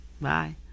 Bye